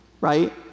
Right